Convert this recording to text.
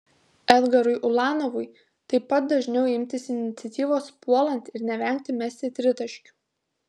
edgarui ulanovui taip pat dažniau imtis iniciatyvos puolant ir nevengti mesti tritaškių